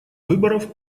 выборов